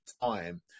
time